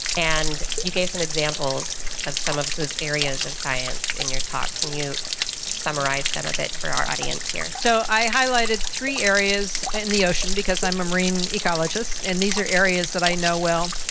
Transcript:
and you gave some examples of some of those areas of science in your talk. can you summarise them a bit for our audience here? so i highlighted three areas in the ocean because i'm a marine ecologist, and these are areas that i know well.